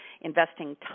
investing